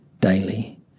daily